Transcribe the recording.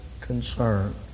Concern